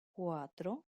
cuatro